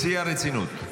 בשיא הרצינות.